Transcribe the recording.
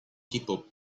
tipo